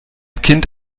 kind